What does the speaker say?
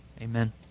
Amen